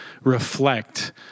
reflect